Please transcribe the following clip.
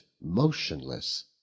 motionless